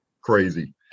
crazy